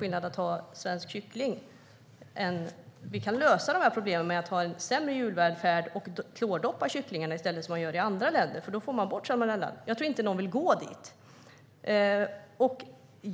gäller svensk kyckling. Vi kan lösa de här problemen genom att ha sämre djurvälfärd och klordoppa kycklingarna i stället, som man gör i andra länder, för då får man bort salmonella. Men jag tror inte att någon vill gå dit.